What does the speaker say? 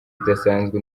idasanzwe